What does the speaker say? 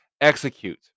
execute